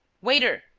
waiter!